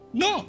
no